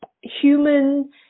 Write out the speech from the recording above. human